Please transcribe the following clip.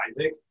Isaac